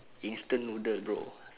instant noodle bro